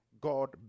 God